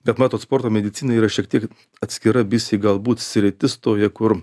bet matot sporto medicina yra šiek tiek atskira biski galbūt sritis toji kur